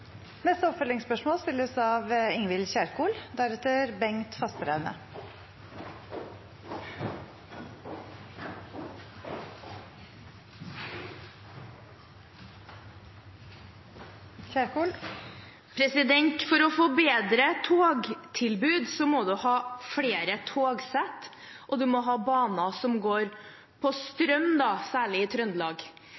Ingvild Kjerkol – til oppfølgingsspørsmål. For å få bedre togtilbud må man ha flere togsett, og man må ha baner som går på